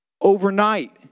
Overnight